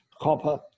copper